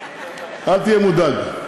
אל תהיה מודאג.